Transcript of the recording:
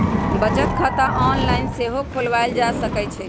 बचत खता ऑनलाइन सेहो खोलवायल जा सकइ छइ